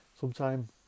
sometime